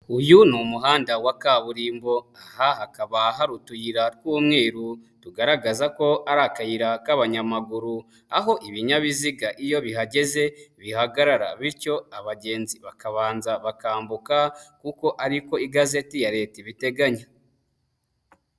Uyu ni umuhanda wa kaburimbo, aha hakaba hari utuyira tw'umweru tugaragaza ko ari akayira k'abanyamaguru, aho ibinyabiziga iyo bihagaze bihagarara bityo abagenzi bakabanza bakambuka kuko ari ko igazeti ya leta ibiteganya.